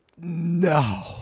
No